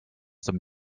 dem